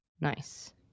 Nice